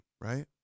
right